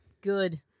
Good